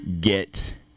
get